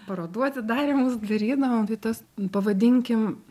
parodų atidarymus darydavom tai tas pavadinkim